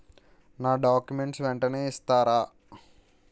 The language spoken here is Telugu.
నా డాక్యుమెంట్స్ వెంటనే ఇస్తారా?